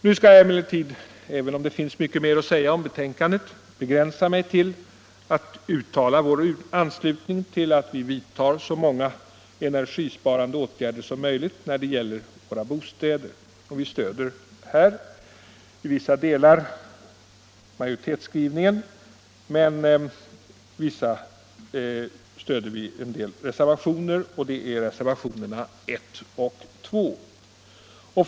Nu skall jag emellertid, även om det finns mycket mer att säga om betänkandet, begränsa mig till att uttala vår anslutning till att man vidtar så många energisparande åtgärder som möjligt när det gäller våra bostäder. Vi stöder här i vissa delar majoritetsskrivningen, men i vissa delar stöder vi ett par reservationer, nämligen 1 och 2, till vilka jag ber att få yrka bifall.